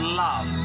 love